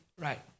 right